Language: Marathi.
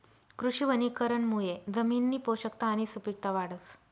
कृषी वनीकरणमुये जमिननी पोषकता आणि सुपिकता वाढस